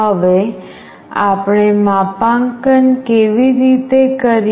હવે આપણે માપાંકન કેવી રીતે કરીએ